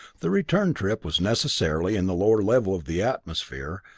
the return trip was necessarily in the lower level of the atmosphere,